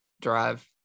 drive